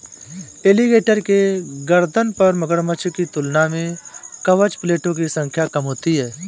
alligator के गर्दन पर मगरमच्छ की तुलना में कवच प्लेटो की संख्या कम होती है